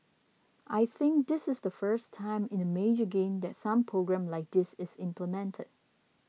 I think this is the first time in a major game that some programme like this is implemented